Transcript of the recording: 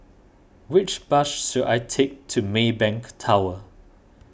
which bus should I take to Maybank Tower